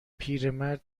پیرمرد